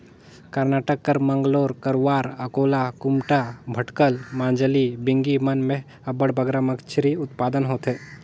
करनाटक कर मंगलोर, करवार, अकोला, कुमटा, भटकल, मजाली, बिंगी मन में अब्बड़ बगरा मछरी उत्पादन होथे